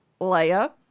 Leia